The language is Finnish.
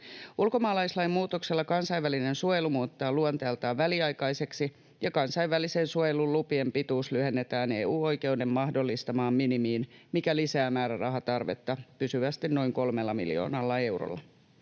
Ulkomaalaislain muutoksella kansainvälinen suojelu muutetaan luonteeltaan väliaikaiseksi ja kansainvälisten suojelulupien pituus lyhennetään EU-oikeuden mahdollistamaan minimiin, mikä lisää määrärahatarvetta pysyvästi noin 3 miljoonalla eurolla.